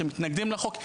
שמתנגדים לחוק,